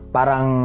parang